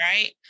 right